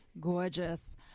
Gorgeous